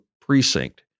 precinct